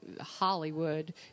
Hollywood